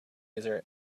user